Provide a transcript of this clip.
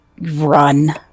run